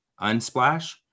Unsplash